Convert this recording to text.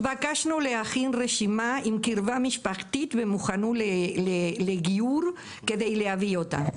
התבקשנו להכין רשימה עם קרבה משפחתית ומוכנות לגיור כדי להביא אותם.